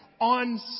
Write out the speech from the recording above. on